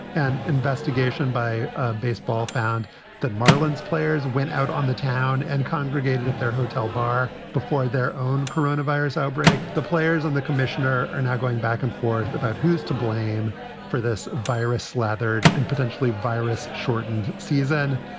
and investigation by ah baseball found that marlins players went out on the town and congregated at their hotel bar before their own coronavirus outbreak. the players and the commissioner are now going back and forth about who's to blame for this virus slathered in potentially virus shortened season.